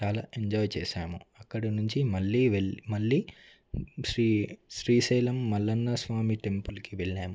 చాలా ఎంజాయ్ చేసాము అక్కడ నుంచి మళ్ళీ వెళ్లి మళ్ళీ శ్రీ శ్రీశైలం మల్లన్న స్వామి టెంపుల్కి వెళ్ళాము